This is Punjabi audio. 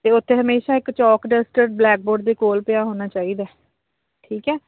ਅਤੇ ਉੱਥੇ ਹਮੇਸ਼ਾ ਇੱਕ ਚੌਕ ਡੈਸਟਰ ਬਲੈਕ ਬੋਰਡ ਦੇ ਕੋਲ ਪਿਆ ਹੋਣਾ ਚਾਹੀਦਾ ਠੀਕ ਹੈ